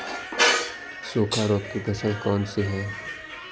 सूखा रोग की फसल कौन सी है?